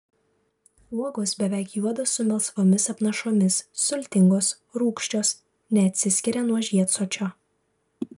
uogos beveik juodos su melsvomis apnašomis sultingos rūgščios neatsiskiria nuo žiedsosčio